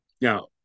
Now